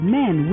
men